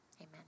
Amen